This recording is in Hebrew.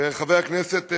וחבר הכנסת,